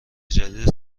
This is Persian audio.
جدید